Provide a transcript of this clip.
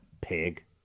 pig